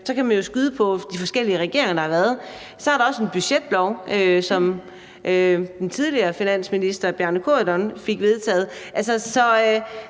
så kan skyde på de forskellige regeringer, der har været. Så er der også en budgetlov, som den tidligere finansminister Bjarne Corydon fik vedtaget.